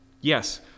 Yes